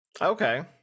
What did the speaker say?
okay